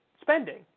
spending